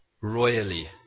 royally